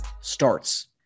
starts